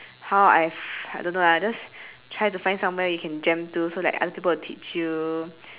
how I f~ I don't know ah just try to find somewhere you can jam to so that other people will teach you